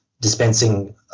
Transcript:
dispensing